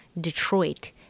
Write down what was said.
Detroit